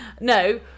No